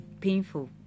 painful